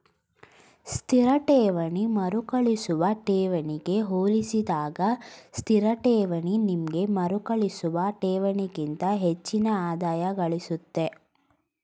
ಸ್ಥಿರ ಠೇವಣಿ ಮರುಕಳಿಸುವ ಠೇವಣಿಗೆ ಹೋಲಿಸಿದಾಗ ಸ್ಥಿರಠೇವಣಿ ನಿಮ್ಗೆ ಮರುಕಳಿಸುವ ಠೇವಣಿಗಿಂತ ಹೆಚ್ಚಿನ ಆದಾಯಗಳಿಸುತ್ತೆ